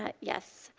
but yes.